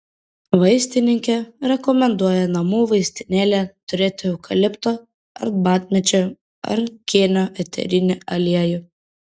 vaistininkė rekomenduoja namų vaistinėlėje turėti eukalipto arbatmedžio ar kėnio eterinį aliejų